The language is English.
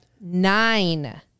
nine